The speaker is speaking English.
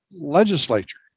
legislature